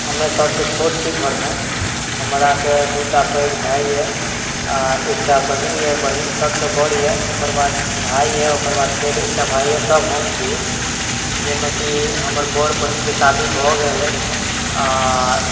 हमे सभसे छोट छी घरमे हमरा से दुटा पैघ भाई यऽएकटा बहिन यऽ बहिन सभसँ बड़ यऽ ओकर बाद भाई यऽ ओकर बाद फेर एकटा भाई यऽ तब फेर हम छी जाहिमे कि हमर बड़ बहिनके शादी भऽ गेल अछि